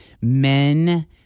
men